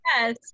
yes